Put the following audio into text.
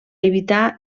evitar